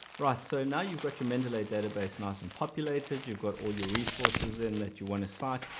right so now you've got your mendeley database nice and populated, you've got all your resources in that you want to cite,